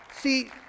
See